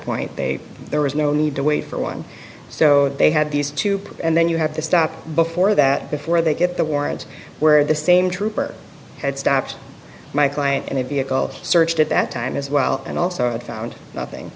point they there was no need to wait for one so they had these to prove and then you have to stop before that before they get the warrant where the same trooper had stopped my client and the vehicle searched at that time as well and also found nothing